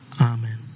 Amen